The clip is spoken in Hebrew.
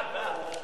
בסדר-היום של הכנסת